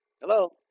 Hello